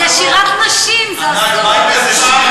זה שירת נשים, זה אסור.